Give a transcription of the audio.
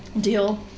Deal